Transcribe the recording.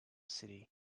city